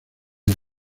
del